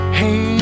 hey